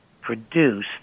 produce